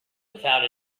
without